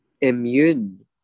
immune